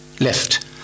left